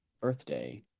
birthday